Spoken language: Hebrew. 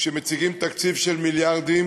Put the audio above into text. כשמציגים תקציב של מיליארדים